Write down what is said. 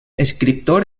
escriptor